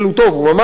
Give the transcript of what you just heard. הוא ממש לא טוב,